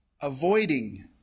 avoiding